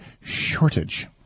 shortage